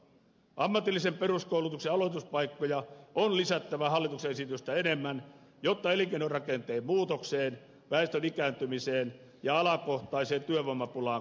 ammatillisen peruskoulutuksen aloituspaikkoja on lisättävä hallituksen esitystä enemmän jotta elinkeinorakenteen muutokseen väestön ikääntymiseen ja alakohtaiseen työvoimapulaan kyetään vastaamaan